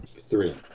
Three